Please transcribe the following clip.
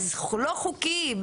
לא חוקי,